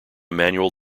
manual